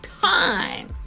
time